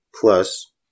plus